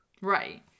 Right